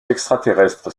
extraterrestres